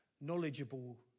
knowledgeable